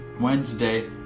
Wednesday